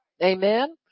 Amen